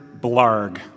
blarg